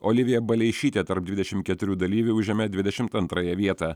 olivija baleišytė tarp dvidešimt keturių dalyvių užėmė dvidešimt antrąją vietą